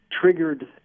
triggered